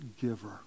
giver